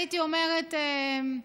הייתי אומרת,